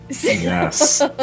Yes